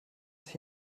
sich